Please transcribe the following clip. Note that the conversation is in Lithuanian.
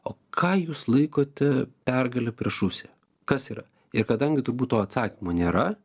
o ką jūs laikote pergale prieš rusiją kas yra ir kadangi turbūt to atsakymo nėra